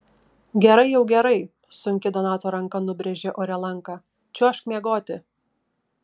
gerai jau gerai sunki donato ranka nubrėžė ore lanką čiuožk miegoti